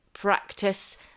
practice